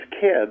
kids